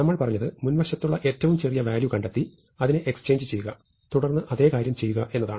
നമ്മൾ പറഞ്ഞത് മുൻവശത്തുള്ള ഏറ്റവും ചെറിയ വാല്യൂ കണ്ടെത്തി അതിനെ എക്സ്ചേഞ്ച് ചെയ്യക തുടർന്ന് അതേ കാര്യം ചെയ്യുക എന്നതാണ്